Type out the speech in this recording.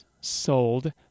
sold